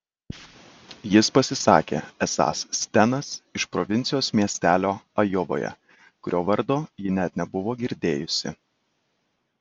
jis pasisakė esąs stenas iš provincijos miestelio ajovoje kurio vardo ji net nebuvo girdėjusi